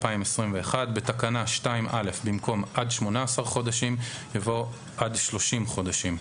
בתקנה 2(א) במקום "עד 18 חודשים" יבוא "עד 30 חודשים".